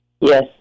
Yes